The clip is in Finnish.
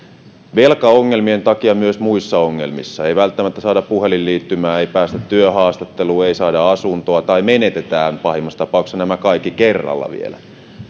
velkaongelmien takia myös muissa ongelmissa ei välttämättä saada puhelinliittymää ei päästä työhaastatteluun ei saada asuntoa tai menetetään vielä pahimmassa tapauksessa nämä kaikki kerralla